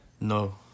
No